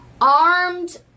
Armed